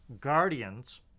guardians